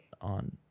on